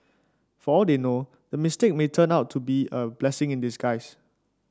for all they know the mistake may turn out to be a blessing in disguise